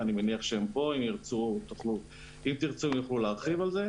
אני מניח שהם פה ויוכלו להתייחס.